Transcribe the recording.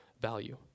value